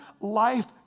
life